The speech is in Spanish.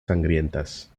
sangrientas